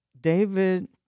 David